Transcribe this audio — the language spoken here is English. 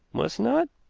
must not?